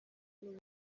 umwe